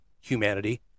humanity